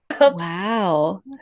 Wow